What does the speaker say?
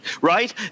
right